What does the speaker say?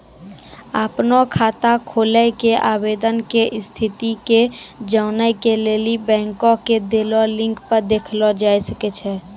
अपनो खाता खोलै के आवेदन के स्थिति के जानै के लेली बैंको के देलो लिंक पे देखलो जाय सकै छै